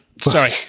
sorry